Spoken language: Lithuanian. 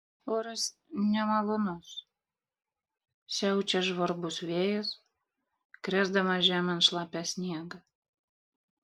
oras nemalonus siaučia žvarbus vėjas krėsdamas žemėn šlapią sniegą